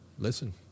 Listen